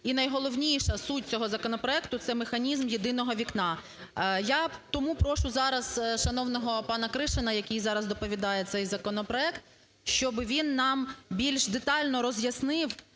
і найголовніша суть цього законопроекту – це механізм "єдиного вікна". Я тому прошу зараз шановного пана Кришина, який зараз доповідає цей законопроект, щоб він нам більш детально роз'яснив,